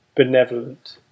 Benevolent